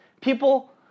People